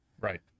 Right